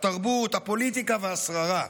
התרבות, הפוליטיקה והשררה.